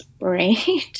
right